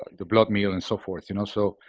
ah the blood meal and so forth, you know? so